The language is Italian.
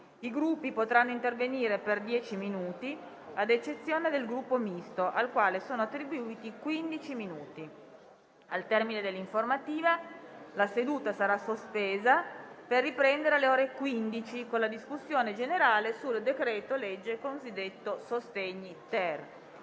I Gruppi potranno intervenire per dieci minuti, ad eccezione del Gruppo Misto, al quale sono attribuiti quindici minuti. Al termine dell'informativa, la seduta sarà sospesa per riprendere alle ore 15 con la discussione generale sul decreto-legge cosiddetto sostegni-*ter*.